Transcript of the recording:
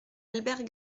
albert